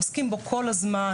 עוסקים בו כל הזמן.